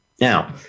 Now